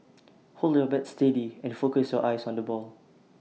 hold your bat steady and focus your eyes on the ball